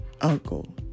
uncle